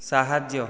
ସାହାଯ୍ୟ